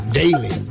daily